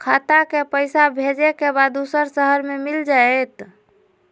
खाता के पईसा भेजेए के बा दुसर शहर में मिल जाए त?